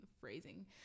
phrasing